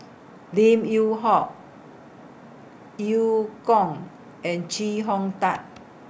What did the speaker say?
Lim Yew Hock EU Kong and Chee Hong Tat